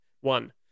One